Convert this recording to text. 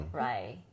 right